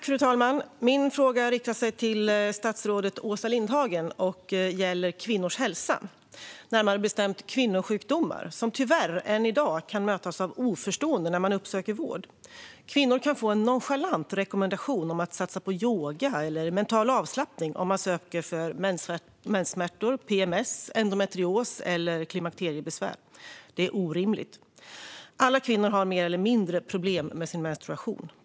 Fru talman! Min fråga riktar sig till statsrådet Åsa Lindhagen och gäller kvinnors hälsa och närmare bestämt kvinnosjukdomar. Kvinnor kan tyvärr än i dag mötas av oförstående när de uppsöker vård. Kvinnor kan få en nonchalant rekommendation att satsa på yoga eller mental avslappning om de söker för menssmärtor, PMS, endometrios eller klimakteriebesvär. Det är orimligt. Alla kvinnor har mer eller mindre problem med sin menstruation.